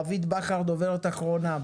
רינת בכר, הדוברת האחרונה,